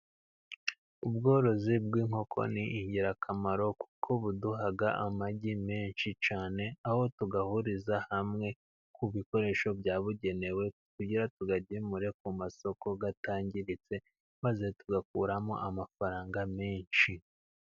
Ubworozi bw'inkoko ni ingirakamaro, kuko buduha amagi menshi cyane aho tuyahuriza hamwe ku bikoresho byabugenewe, kugira tuyagemure ku masoko atangiritse maze tugakuramo amafaranga menshi.